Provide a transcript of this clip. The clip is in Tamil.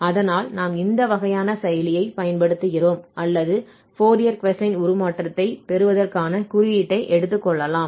அதனால் நாம் இந்த வகையான செயலியைப் பயன்படுத்துகிறோம் அல்லது ஃபோரியர் கொசைன் உருமாற்றத்தைப் பெறுவதற்கான குறியீட்டை எடுத்துக்கொள்ளலாம்